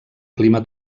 clima